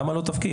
למה לא תפקיד.